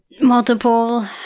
multiple